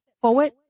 forward